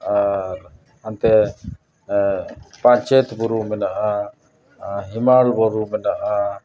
ᱟᱨ ᱦᱟᱱᱛᱮ ᱟᱨ ᱯᱟᱧᱪᱮᱛ ᱵᱩᱨᱩ ᱢᱮᱱᱟᱜᱼᱟ ᱟᱨ ᱦᱮᱢᱟᱞ ᱵᱩᱨᱩ ᱢᱮᱱᱟᱜᱼᱟ